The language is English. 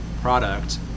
product